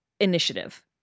initiative